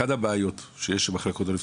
אחת הבעיות שמחלקות לא נפתחות,